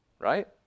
right